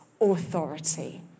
authority